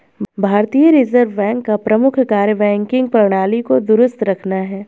भारतीय reserve bank का प्रमुख कार्य बैंकिंग प्रणाली को दुरुस्त रखना है